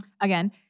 Again